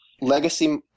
legacy